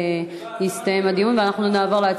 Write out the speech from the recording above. אם תרצי להירשם לדיון את מוזמנת.